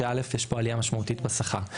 שא' יש פה עלייה משמעותית בשכר,